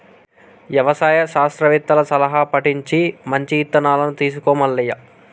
యవసాయ శాస్త్రవేత్తల సలహా పటించి మంచి ఇత్తనాలను తీసుకో మల్లయ్య